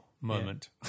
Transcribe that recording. moment